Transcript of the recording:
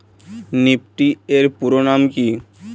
Nifty এর পুরোনাম কী?